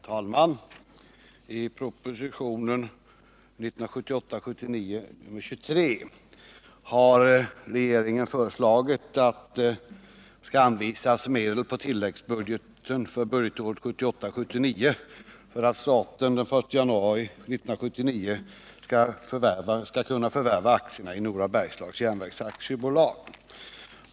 Herr talman! I propositionen 1978 79 för att staten den 1 januari 1979 skall kunna förvärva aktierna i Nora Bergslags Järnvägs AB.